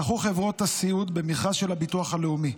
לפני 16 שנה זכו חברות הסיעוד במכרז של הביטוח הלאומי.